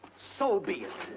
so be it!